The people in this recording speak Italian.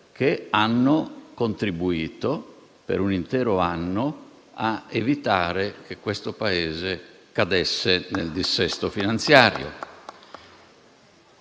che hanno contribuito per un intero anno a evitare che il Paese cadesse nel dissesto finanziario.